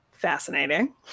Fascinating